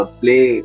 play